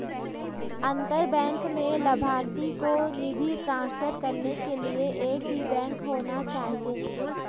अंतर बैंक में लभार्थी को निधि ट्रांसफर करने के लिए एक ही बैंक होना चाहिए